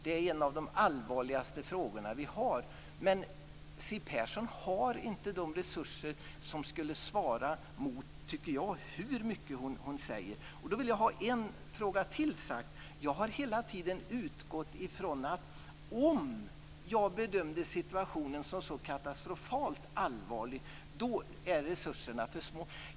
Det är en av de allvarligaste frågor vi har. Men jag tycker inte att Siw Persson har de resurser som skulle svara mot det hon säger. Jag vill också säga en annan sak: Om jag bedömde situationen som så katastrofalt allvarlig - då är resurserna för små.